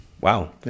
Wow